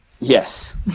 yes